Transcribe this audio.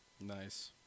Nice